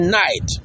night